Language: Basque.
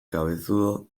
cabezudo